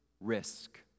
risk